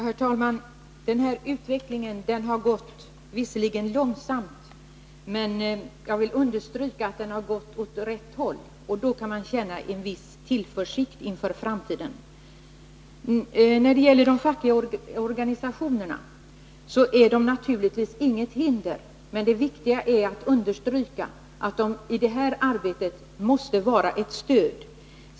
Herr talman! Den här utvecklingen har visserligen gått långsamt, men jag vill understryka att den har gått åt rätt håll — och då kan man känna en viss tillförsikt inför framtiden. De fackliga organisationerna är naturligtvis inget hinder, men det viktiga är att understryka att de i detta arbete måste vara ett stöd.